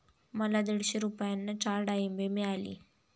मला दीडशे रुपयांना चार डाळींबे मिळाली